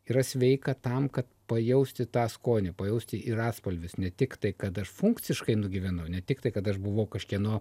yra sveika tam kad pajausti tą skonį pajausti ir atspalvius ne tik tai kad aš funkciškai nugyvenau ne tik tai kad aš buvau kažkieno